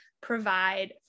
provide